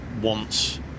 wants